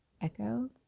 echo